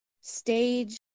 stage